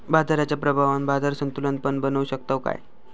बाजाराच्या प्रभावान बाजार संतुलन पण बनवू शकताव काय?